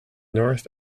north